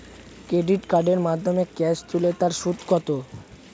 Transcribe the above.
Credit কার্ডের মাধ্যমে cash তুলে তার সুদ কত?